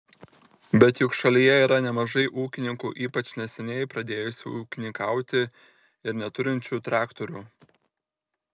bet juk šalyje yra nemažai ūkininkų ypač neseniai pradėjusių ūkininkauti ir neturinčių traktorių